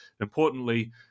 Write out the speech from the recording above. importantly